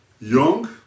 Young